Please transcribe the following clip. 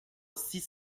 six